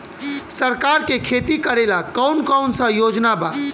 सरकार के खेती करेला कौन कौनसा योजना बा?